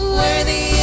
worthy